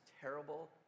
terrible